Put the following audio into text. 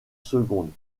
secondes